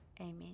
Amen